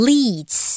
Leads